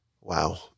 Wow